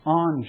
on